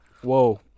Whoa